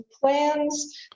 plans